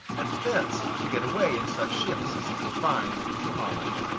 and thence to get away in such ships as he could find, to holland.